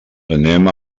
anem